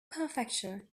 prefecture